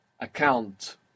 account